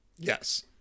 Yes